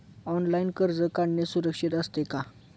Online कर्ज काढणे सुरक्षित असते का?